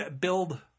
build